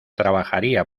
trabajaría